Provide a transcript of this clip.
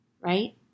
right